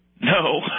No